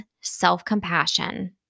self-compassion